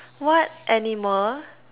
what animal